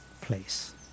place